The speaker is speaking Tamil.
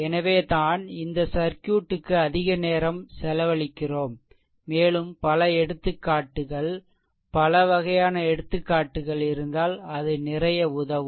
எனவே தான் இந்த சர்க்யூட் க்கு அதிக நேரம் செலவழிக்கிறோம் மேலும் பல எடுத்துக்காட்டுகள் பல வகையான எடுத்துக்காட்டுகள் இருந்தால் அது நிறைய உதவும்